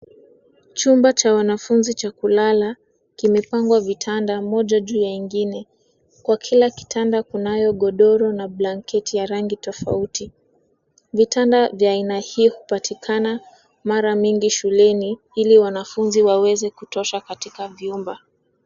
Chumba cha wanafunzi cha kulala kimepangwa vitanda moja juu ya ingine. Kwa kila kitanda kunayo godoro na blanketi ya rangi tofauti. Vitanda vya aina hiyo hupatikana mara mingi shuleni ili wanfunzi waweze kutosha katika vyumba.